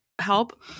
help